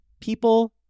People